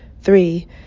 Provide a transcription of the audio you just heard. Three